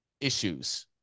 issues